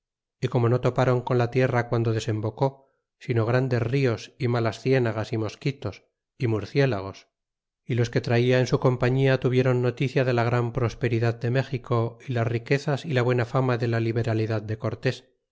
y como no topron con la tierra guando desembocó sino grandes nos y malas cienagas y mosquitos y murciélagos y los que traia en su compañía tuvieron noticia de la gran p rosperidad de méxico y las riquezas y la buena fama de la liberalidad de cortés